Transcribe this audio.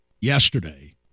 yesterday